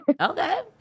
Okay